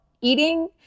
eating